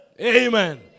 Amen